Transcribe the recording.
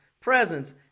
presents